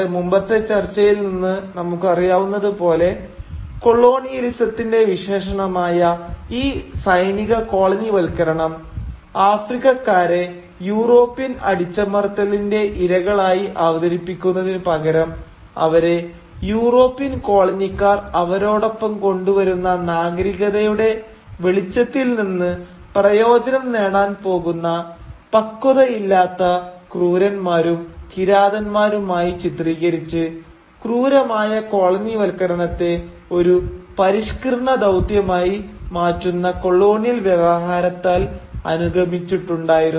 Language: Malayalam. നമ്മുടെ മുമ്പത്തെ ചർച്ചയിൽ നിന്ന് നമുക്കറിയാവുന്നതുപോലെ കൊളോണിയലിസത്തിന്റെ വിശേഷണമായ ഈ സൈനിക കോളനിവൽക്കരണം ആഫ്രിക്കക്കാരെ യൂറോപ്യൻ അടിച്ചമർത്തലിന്റെ ഇരകളായി അവതരിപ്പിക്കുന്നതിനു പകരം അവരെ യൂറോപ്യൻ കോളനിക്കാർ അവരോടൊപ്പം കൊണ്ടുവരുന്ന നാഗരികതയുടെ വെളിച്ചത്തിൽ നിന്ന് പ്രയോജനം നേടാൻ പോകുന്ന പക്വതയില്ലാത്ത ക്രൂരന്മാരും കിരാതന്മാരുമായി ചിത്രീകരിച്ച് ക്രൂരമായ കോളനിവൽക്കരണത്തെ ഒരു പരിഷ്ക്കരണ ദൌത്യമായി മാറ്റുന്ന കൊളോണിയൽ വ്യവഹാരത്താൽ അനുഗമിച്ചിട്ടുണ്ടായിരുന്നു